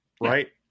Right